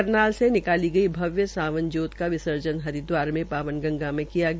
करनाल से निकाली गई भव्य सावन जोत का विसर्जन हरिद्वार में पावन गंगा में किया गया